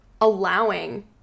allowing